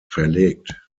verlegt